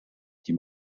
die